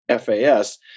FAS